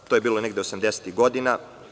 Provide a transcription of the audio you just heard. To je bilo negde 80-ih godina.